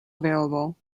available